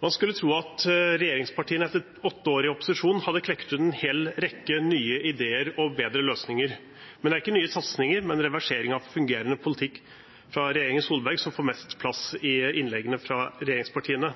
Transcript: Man skulle tro at regjeringspartiene etter åtte år i opposisjon hadde klekket ut en hel rekke nye ideer og bedre løsninger. Men det er ikke nye satsinger, men reversering av fungerende politikk fra regjeringen Solberg som får mest plass i innleggene fra regjeringspartiene.